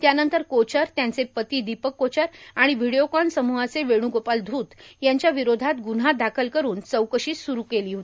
त्यानंतर कोचर त्यांचे पती दीपक कोचर आणि व्हिडीओकॉन समूहाचे वेण्गोपाल धूत यांच्याविरोधात ग्न्हा दाखल करून चौकशी स्रू केलेली आहे